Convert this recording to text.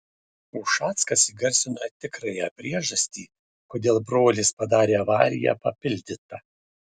ušackas įgarsino tikrąją priežastį kodėl brolis padarė avariją papildyta